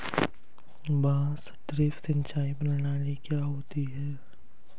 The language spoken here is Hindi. बांस ड्रिप सिंचाई प्रणाली क्या होती है?